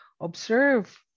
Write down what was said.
observe